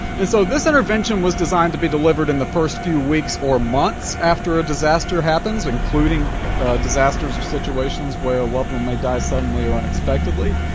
and so this intervention was designed to be delivered in the first few weeks or months after a disaster happens, including disasters or situations where a loved one may die suddenly or unexpectedly,